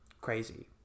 crazy